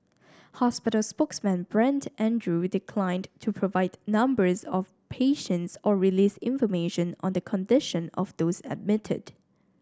hospital spokesman Brent Andrew declined to provide numbers of patients or release information on the condition of those admitted